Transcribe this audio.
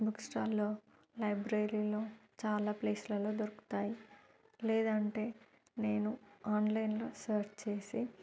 బుక్స్టాల్లో లైబ్రరీలో చాలా ప్లేస్లలో దొరుకుతాయి లేదంటే నేను ఆన్లైన్లో సర్చ్ చేసి